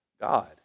God